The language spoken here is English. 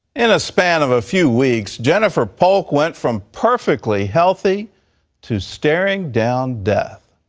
in a span of a few weeks, jennifer polk went from perfectly healthy to staring down death.